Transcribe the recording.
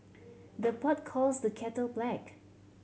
the pot calls the kettle black